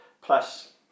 plus